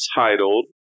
titled